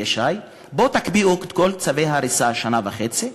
ישי: בואו תקפיאו את כל צווי ההריסה שנה וחצי,